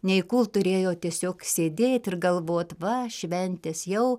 nei kult turėjo tiesiog sėdėt ir galvot va šventės jau